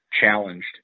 challenged